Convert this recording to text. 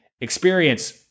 experience